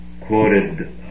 quoted